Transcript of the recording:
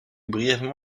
brièvement